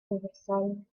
универсальны